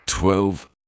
Twelve